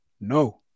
no